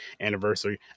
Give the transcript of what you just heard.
anniversary